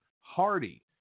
hardy